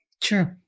True